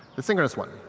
the synchronous one.